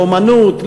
לאמנות,